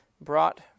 brought